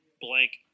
blank